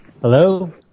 Hello